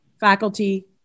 faculty